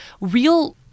real